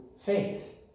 faith